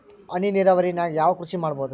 ಹನಿ ನೇರಾವರಿ ನಾಗ್ ಯಾವ್ ಕೃಷಿ ಮಾಡ್ಬೋದು?